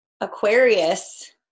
Aquarius